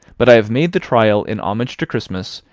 but i have made the trial in homage to christmas,